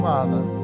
Father